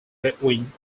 between